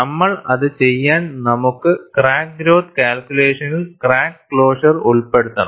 നമ്മൾ അത് ചെയ്യാൻ നമ്മുക്ക് ക്രാക്ക് ഗ്രോത്ത് കാൽക്കുലേഷനിൽ ക്രാക്ക് ക്ലോഷർ ഉൾപ്പെടുത്തണം